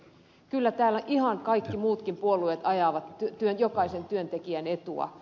kyllä täällä ihan kaikki muutkin puolueet ajavat jokaisen työntekijän etua